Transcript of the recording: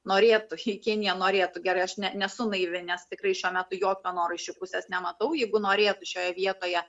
norėtų kinija norėtų gerai aš ne nesu naivi nes tikrai šiuo metu jokio noro iš jų pusės nematau jeigu norėtų šioje vietoje